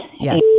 Yes